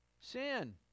Sin